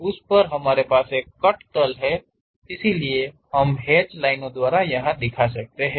उस पर हमारे पास एक कट तल है इसलिए हम इसे हैच लाइनों द्वारा दिखाते हैं